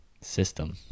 system